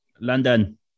London